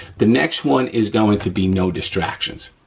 the next one is going to be no distractions.